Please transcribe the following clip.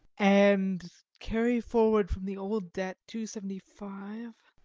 and carry forward from the old debt two seventy-five